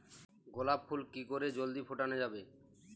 গোলাপ ফুল কি করে জলদি ফোটানো যাবে?